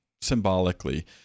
symbolically